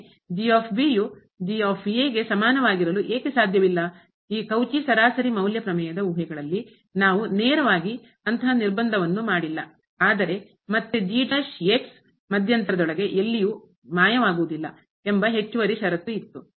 ಪ್ರಶ್ನೆ ಈ ಕೌಚಿ ಸರಾಸರಿ ಮೌಲ್ಯ ಪ್ರಮೇಯದ ಊಹೆಗಳಲ್ಲಿ ನಾವು ನೇರವಾಗಿ ಅಂತಹ ನಿರ್ಬಂಧವನ್ನು ಮಾಡಿಲ್ಲ ಆದರೆ ಮತ್ತೆ ಮಧ್ಯಂತರದೊಳಗೆ ಎಲ್ಲಿಯೂ ಮಾಯವಾಗುವುದಿಲ್ಲ ಎಂಬ ಹೆಚ್ಚುವರಿ ಷರತ್ತು ಇತ್ತು